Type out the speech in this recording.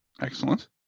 Excellent